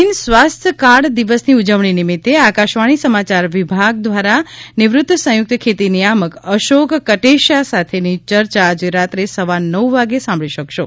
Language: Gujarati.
જમીન સ્વાસ્ય કાર્ડ દિવસની ઉજવણી નિમિત્તે આકાશવાણી સમાચાર વિભાગ દ્વારા નિવૃત્ત સંયુક્ત ખેતી નિયામક અશોક કટેશીયા સાતેની યર્યા આજે રાત્રે સવા નવ વાગે સાંભળી શકશો